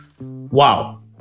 Wow